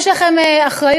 יש לכם אחריות,